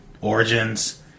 origins